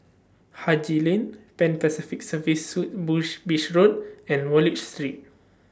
Haji Lane Pan Pacific Serviced Suites Bush Beach Road and Wallich Street